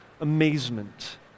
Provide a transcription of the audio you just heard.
amazement